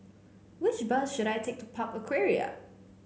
which bus should I take to Park Aquaria